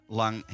lang